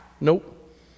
Nope